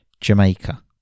Jamaica